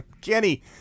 Kenny